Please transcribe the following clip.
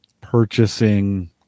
purchasing